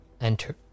enter